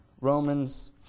Romans